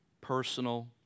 personal